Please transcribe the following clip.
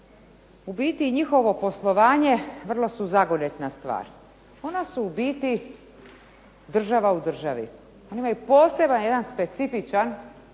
u biti njihovo poslovanje vrlo su zagonetna stvar. Ona su u biti država u državi, oni imaju poseban jedan specifičan